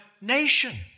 nation